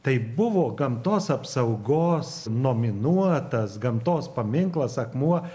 tai buvo gamtos apsaugos nominuotas gamtos paminklas akmuo